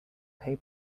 pay